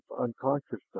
unconsciousness